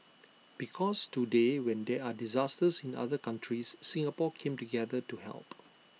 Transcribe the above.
because today when there are disasters in other countries Singapore came together to help